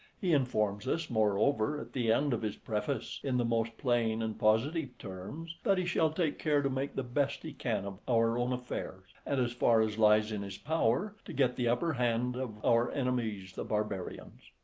he informs us, moreover, at the end of his preface, in the most plain and positive terms, that he shall take care to make the best he can of our own affairs, and, as far as lies in his power, to get the upper hand of our enemies the barbarians.